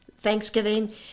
Thanksgiving